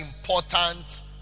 important